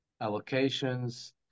allocations